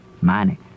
Mining